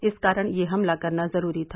इस कारण यह हमला करना जरूरी था